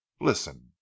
Listen